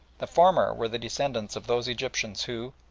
the former were the descendants of those egyptians who,